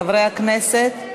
חברי הכנסת,